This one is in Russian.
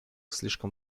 слишком